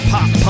Pop